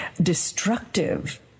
destructive